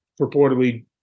purportedly